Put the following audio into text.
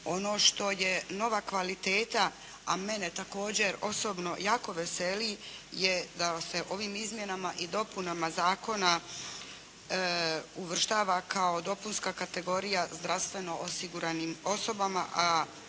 ono što je nova kvaliteta a mene također osobno jako veseli je da se ovim izmjenama i dopunama zakona uvrštava kao dopunska kategorija zdravstveno osiguranim osobama,